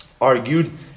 argued